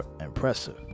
impressive